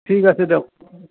ঠিক আছে দিয়ক